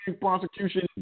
prosecution